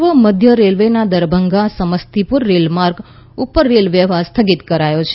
પૂર્વ મધ્ય રેલવેના દરભંગા સમસ્તીપુર રેલમાર્ગ ઉપર રેલ વ્યવહાર સ્થગિત કરાયો છે